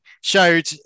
showed